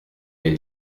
les